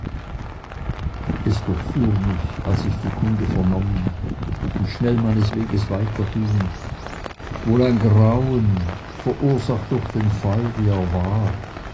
es durchfuhr mich als ich die kunde vernommen und schnell meines weges weiterging wohl ein grauen verursacht durch den fall wie er war